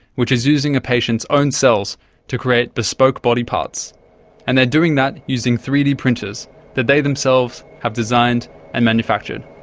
which is using a patient's own cells to create bespoke body parts and they are doing that using three d printers that they themselves have designed and manufactured.